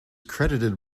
credited